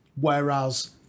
Whereas